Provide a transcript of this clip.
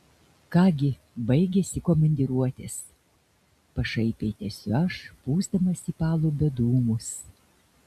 ką gi baigėsi komandiruotės pašaipiai tęsiu aš pūsdamas į palubę dūmus